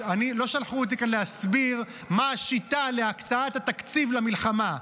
לא שלחו אותי כאן להסביר מה השיטה להקצאת התקציב למלחמה.